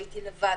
הייתי לבד,